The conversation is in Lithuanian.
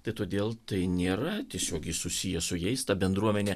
tai todėl tai nėra tiesiogiai susiję su jais ta bendruomenė